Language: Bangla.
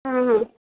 হুম হুম